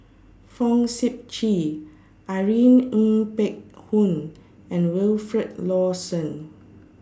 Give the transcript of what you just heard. Fong Sip Chee Irene Ng Phek Hoong and Wilfed Lawson